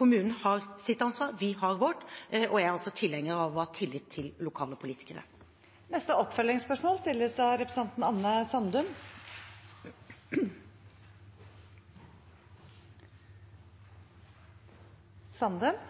Kommunene har sitt ansvar, vi har vårt, og jeg er tilhenger av å ha tillit til lokale politikere. Anne Sandum – til oppfølgingsspørsmål.